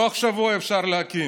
בתוך שבוע אפשר להקים.